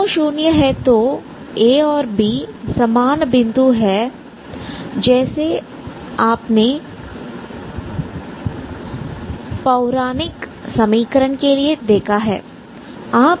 दोनों शून्य है तो a b समान बिंदु है जैसे आपने पौराणिक समीकरण के लिए देखा है